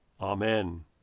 Amen